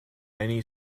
many